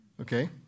okay